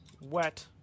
Wet